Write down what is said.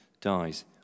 dies